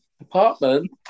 Apartment